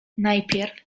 najpierw